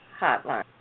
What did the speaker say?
Hotline